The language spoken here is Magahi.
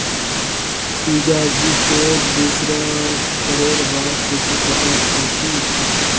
पुजा जी, तोक दूसरा करेर बार कुछु पता छोक की